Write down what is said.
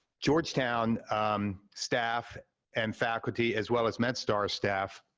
georgetown staff and faculty, as well as medstar staff,